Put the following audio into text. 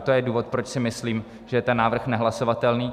To je důvod, proč si myslím, že je ten návrh nehlasovatelný.